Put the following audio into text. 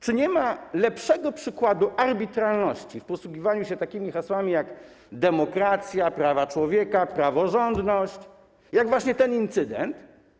Czy nie ma lepszego przykładu arbitralności w posługiwaniu się takimi hasłami jak demokracja, prawa człowieka, praworządność jak właśnie ten incydent?